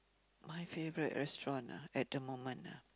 my favourite restaurant ah at the moment ah